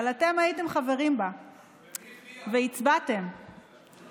אבל אתם הייתם חברים בה והצבעתם נגד.